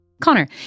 Connor